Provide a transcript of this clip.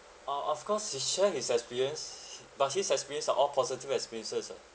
uh of course he shared his experience but his experience are all positive experiences ah